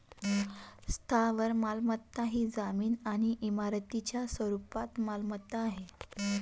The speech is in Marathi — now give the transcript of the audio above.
स्थावर मालमत्ता ही जमीन आणि इमारतींच्या स्वरूपात मालमत्ता आहे